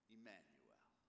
Emmanuel